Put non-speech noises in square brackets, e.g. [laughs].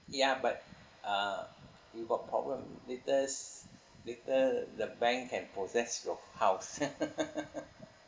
ya but uh you got problem latest later the bank can possess your house [laughs]